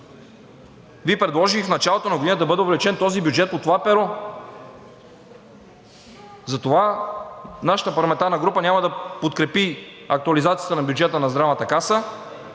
Ви предложих в началото на годината да бъде увеличен този бюджет по това перо. Затова нашата парламентарна група няма да подкрепи актуализацията на бюджета на Здравната каса,